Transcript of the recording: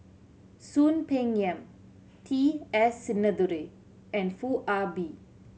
Soon Peng Yam T S Sinnathuray and Foo Ah Bee